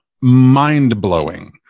mind-blowing